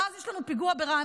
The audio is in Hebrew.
ואז יש לנו פיגוע ברעננה.